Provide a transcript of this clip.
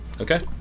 Okay